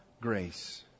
grace